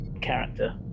character